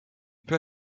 peu